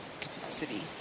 capacity